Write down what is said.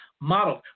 modeled